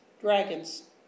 dragons